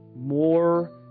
more